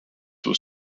was